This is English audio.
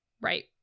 right